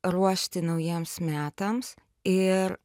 ruošti naujiems metams ir